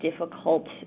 difficult